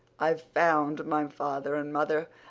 i've found my father and mother.